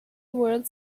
world